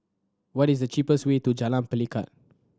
what is the cheapest way to Jalan Pelikat